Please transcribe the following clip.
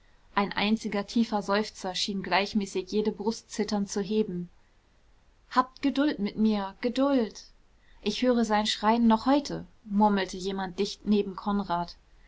ein einziger tiefer seufzer schien gleichmäßig jede brust zitternd zu heben habt geduld mit mir geduld ich höre sein schreien noch heute murmelte jemand dicht neben konrad